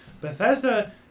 Bethesda